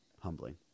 humbling